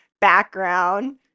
background